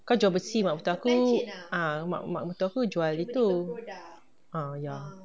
kau jual besi mak mertua aku ah mak mertua aku jual itu ah ya